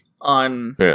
on